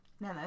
No